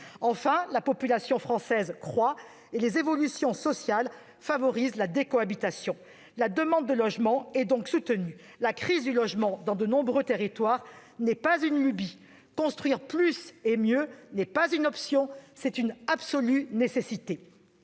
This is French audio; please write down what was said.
Enfin, la population française croît et les évolutions sociales favorisent la décohabitation. La demande de logements est donc soutenue. La crise du logement est réelle dans de nombreux territoires, elle n'est pas une lubie. Construire plus et mieux n'est pas une option, c'est une absolue nécessité